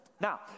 Now